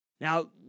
Now